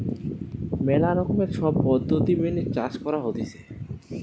ম্যালা রকমের সব পদ্ধতি মেনে চাষ করা হতিছে